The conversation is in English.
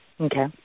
okay